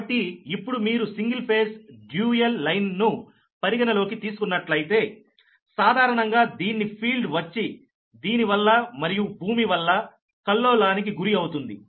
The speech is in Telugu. కాబట్టి ఇప్పుడు మీరు సింగల్ ఫేస్ డ్యూయల్ లైన్ ను పరిగణలోకి తీసుకున్నట్లయితే సాధారణంగా దీన్ని ఫీల్డ్ వచ్చి దీనివల్ల మరియు భూమి వల్ల కల్లోలానికి గురి అవుతుంది